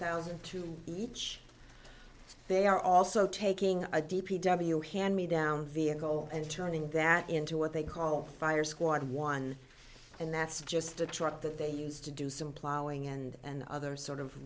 thousand to each they are also taking a d p w hand me down vehicle and turning that into what they call fire squad one and that's just a truck that they use to do some plowing and other sort of